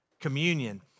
communion